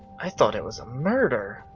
i thought it was a murder.